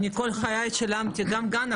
אני כל חיי שילמתי גם גן,